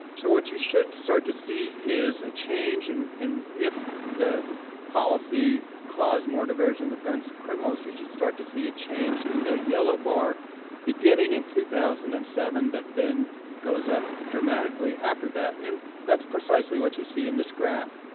so what you should start to see is a change and if the policy caused more diversions of guns to criminals, you should start to see a change in that yellow bar beginning in two thousand and seven that then goes up dramatically after that. and that's precisely what you see in this graph.